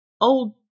old